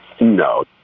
No